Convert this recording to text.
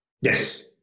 Yes